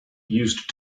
used